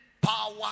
power